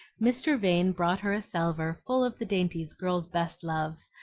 mr. vane brought her a salver full of the dainties girls best love,